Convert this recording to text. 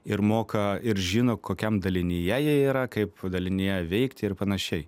ir moka ir žino kokiam dalinyje jie yra kaip dalinyje veikti ir panašiai